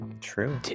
true